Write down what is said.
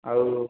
ଆଉ